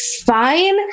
fine